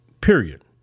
period